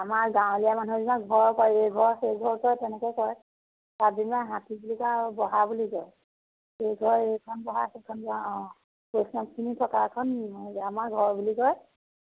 আমাৰ গাঁৱলীয়া মানুহৰ নিচিনা ঘৰ কয় এইঘৰ সেই ঘৰ ওচৰত তেনেকৈ কয় হাতী বুলি কয় আৰু বহা বুলি কয় এই ঘৰ এইখন বহা সেইখন বহা অঁ বৈষ্ণৱখিনি থকাখন আমাৰ ঘৰ বুলি কয়